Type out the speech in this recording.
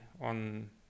on